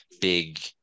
big